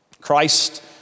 Christ